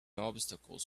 obstacles